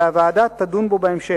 והוועדה תדון בו בהמשך.